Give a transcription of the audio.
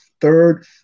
third